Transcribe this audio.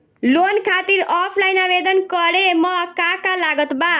Loan खातिर offline आवेदन करे म का का लागत बा?